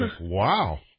Wow